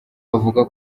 avuga